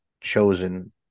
chosen